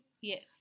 Yes